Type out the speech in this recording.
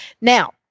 Now